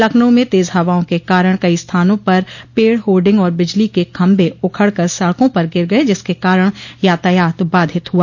लखनऊ में तेज हवाओं के कारण कई स्थानों पर पेड़ होर्डिंग और बिजली के खम्भे उखड़ कर सड़कों पर गिर गये जिसके कारण यातायात बाधित हुआ